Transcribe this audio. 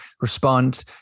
respond